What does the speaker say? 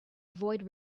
avoid